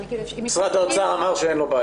--- משרד האוצר אמר שאין לו בעיה.